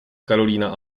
karolína